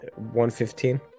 115